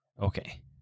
Okay